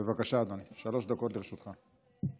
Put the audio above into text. בבקשה, שלוש דקות לרשותך.